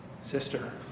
sister